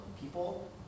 people